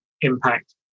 impact